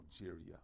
Algeria